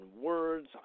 words